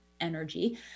energy